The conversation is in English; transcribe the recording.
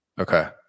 Okay